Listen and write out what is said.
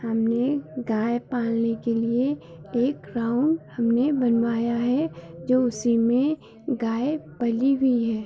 हमने गाय पालने के लिए एक ग्राउन्ड हमने बनवाया है जो उसी में गाय पली भी हैं